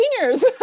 seniors